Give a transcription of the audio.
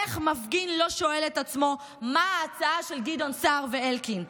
איך מפגין לא שואל את עצמו: מה ההצעה של גדעון סער ואלקין?